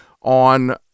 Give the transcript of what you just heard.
on